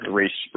race